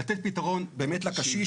לתת פתרון באמת לקשיש.